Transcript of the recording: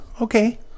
okay